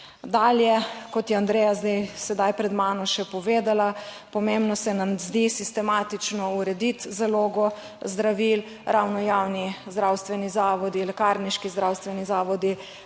Dalje, kot je Andreja zdaj, sedaj pred mano še povedala, pomembno se nam zdi sistematično urediti zalogo zdravil. Ravno javni zdravstveni zavodi, lekarniški zdravstveni zavodi,